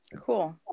cool